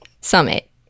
Summit